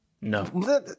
No